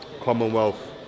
Commonwealth